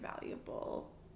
valuable